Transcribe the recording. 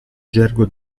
gergo